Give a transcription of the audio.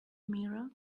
mirror